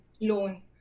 loan